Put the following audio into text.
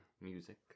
music